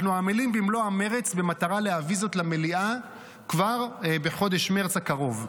אנחנו עמלים במלוא המרץ במטרה להביא זאת למליאה כבר בחודש מרץ הקרוב.